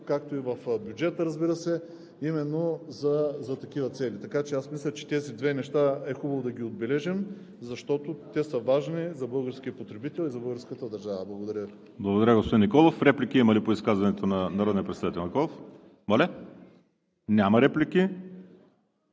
както и в бюджета, разбира се, именно за такива цели. Така че аз мисля, че тези две неща е хубаво да ги отбележим, защото те са важни за българския потребител и за българската държава. Благодаря Ви. ПРЕДСЕДАТЕЛ ВАЛЕРИ СИМЕОНОВ: Благодаря, господин Николов. Има ли реплики по изказването на народния представител Николов? Няма реплики.